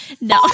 No